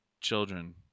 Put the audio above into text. children